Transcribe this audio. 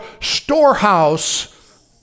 storehouse